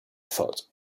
thought